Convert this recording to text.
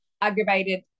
aggravated